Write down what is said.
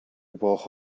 gebrauch